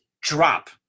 drop